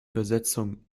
übersetzung